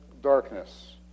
darkness